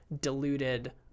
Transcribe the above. diluted